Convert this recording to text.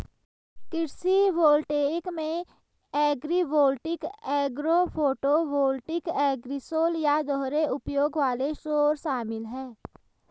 कृषि वोल्टेइक में agrivoltaic agro photovoltaic agrisol या दोहरे उपयोग वाले सौर शामिल है